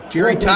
Jerry